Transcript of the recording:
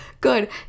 good